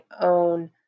own